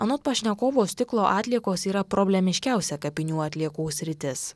anot pašnekovo stiklo atliekos yra problemiškiausia kapinių atliekų sritis